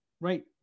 Right